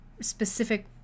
specific